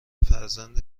فرزند